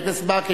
חבר הכנסת ברכה,